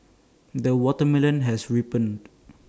the watermelon has ripened